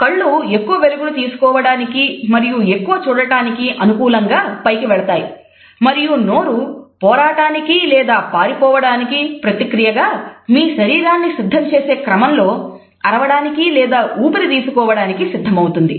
కళ్ళు ఎక్కువ వెలుగును తీసుకోవడానికి మరియు ఎక్కువ చూడడానికి అనుకూలంగా పైకి వెళతాయి మరియు నోరు పోరాటానికి లేదా పారిపోవడానికి ప్రతి క్రియగా మీ శరీరాన్ని సిద్ధం చేసే క్రమంలో అరవడానికి లేదా ఊపిరి తీసుకోవడానికి సిద్ధమవుతుంది